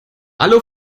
alle